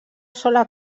sola